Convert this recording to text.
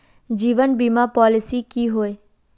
जीवन बीमा पॉलिसी की होय?